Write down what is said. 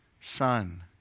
son